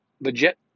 legit